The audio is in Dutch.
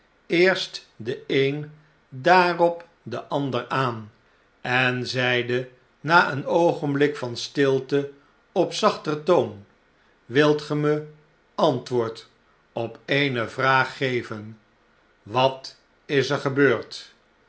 eerst den een daarop den ander aan en zeide na een oogenblik van stilte op zachter toon wilt ge me antwoord op eene vraag geven wat is er gebeurd